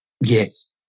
Yes